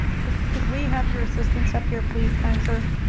could could we have your assistance up here please kind sir?